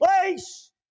place